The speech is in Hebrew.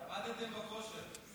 ירדתם בכושר.